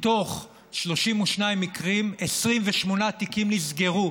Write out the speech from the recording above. מתוך 32 מקרים, 28 תיקים נסגרו.